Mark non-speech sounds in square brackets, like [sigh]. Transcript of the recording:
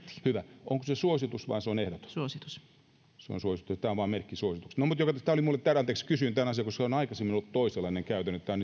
hyvä onko se suositus vai onko se on ehdotus se on suositus ja tämä on vain merkki suosituksesta mutta joka tapauksessa kysyin tämän asian koska on aikaisemmin ollut toisenlainen käytäntö tämä [unintelligible]